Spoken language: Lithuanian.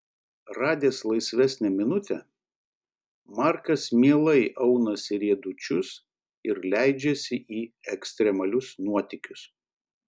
radęs laisvesnę minutę markas mielai aunasi riedučius ir leidžiasi į ekstremalius nuotykius